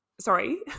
sorry